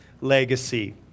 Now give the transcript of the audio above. legacy